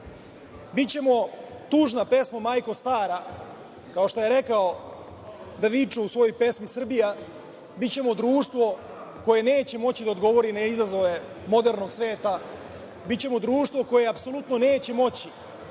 Bićemo tužna pesma majko stara, kao što je rekao Davičo u svojoj pesmi „Srbija“, bićemo društvo koje neće moći da odgovori na izazove modernog sveta, bićemo društvo koje apsolutno neće moći